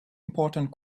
important